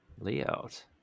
layout